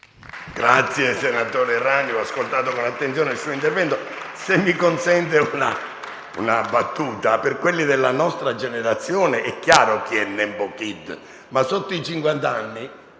Senatore Errani, ho ascoltato con attenzione il suo intervento. Se mi consente una battuta, per quelli della nostra generazione è chiaro chi è Nembo Kid, ma sotto i